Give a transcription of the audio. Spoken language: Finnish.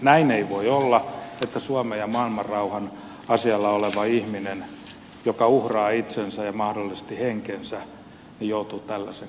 näin ei voi olla että suomen ja maailmanrauhan asialla oleva ihminen joka uhraa itsensä ja mahdollisesti henkensä joutuu tällaisen kohteeksi